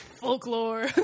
Folklore